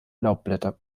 laubblätter